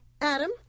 Adam